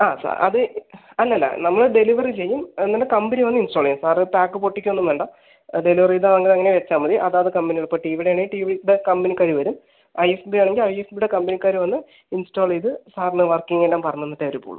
ആ സാർ അത് അല്ല അല്ല നമ്മള് ഡെലിവറി ചെയ്യും എന്നിട്ട് കമ്പനി വന്ന് ഇൻസ്റ്റാൾ ചെയ്യും സാറ് പാക്ക് പൊട്ടിക്കുകയൊന്നും വേണ്ട ഡെലിവർ ചെയ്ത അങ്ങനെ അങ്ങനെ വെച്ചാൽ മതി അതാത് കമ്പനി ഇപ്പോൾ ടിവിയുടെ ആണേൽ ടിവിയുടെ കമ്പനിക്കാര് വെറും ഐ എഫ് ബി ആണെങ്കിൽ ഐ എഫ് ബിയുടെ കമ്പനിക്കാര് വന്ന് ഇൻസ്റ്റാൾ ചെയ്ത് സാറിന് വർക്കിംഗ് എല്ലാം പറഞ്ഞ് തന്നിട്ടേ അവര് പോവുകയുള്ളൂ